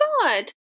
god